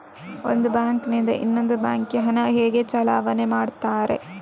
ಒಂದು ಬ್ಯಾಂಕ್ ನಿಂದ ಇನ್ನೊಂದು ಬ್ಯಾಂಕ್ ಗೆ ಹಣ ಹೇಗೆ ಚಲಾವಣೆ ಮಾಡುತ್ತಾರೆ?